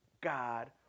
God